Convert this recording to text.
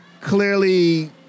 clearly